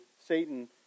Satan